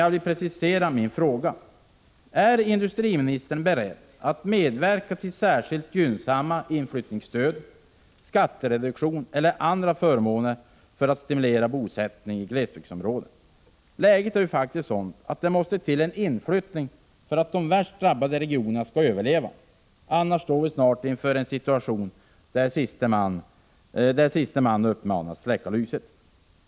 Jag vill dock precisera min fråga: Är industriministern beredd att medverka till särskilt gynnsamma inflyttningsstöd, skattereduktion eller andra förmåner för att stimulera bosättningen i glesbygdsområden? Läget är ju faktiskt sådant att det måste till en inflyttning för att de värst drabbade regionerna skall kunna överleva. I annat fall kommer vi snart att vara i den situationen att siste man uppmanas släcka lyset.